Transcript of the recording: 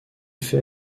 fait